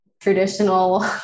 traditional